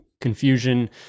confusion